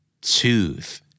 tooth